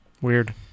weird